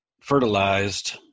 fertilized